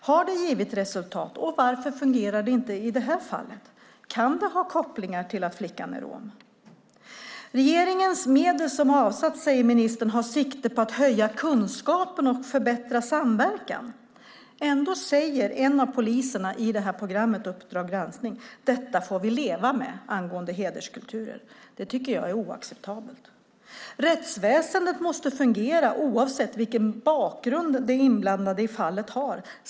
Har det givit resultat, och varför fungerar det inte i det här fallet? Kan det ha kopplingar till att flickan är rom? Ministern säger att regeringens medel som har avsatts har sikte på att höja kunskapen och förbättra samverkan. Ändå säger en av poliserna i det här programmet, Uppdrag granskning , angående hederskulturer: Detta får vi leva med. Det tycker jag är oacceptabelt. Rättsväsendet måste fungera oavsett vilken bakgrund de inblandade i fallet har.